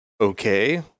okay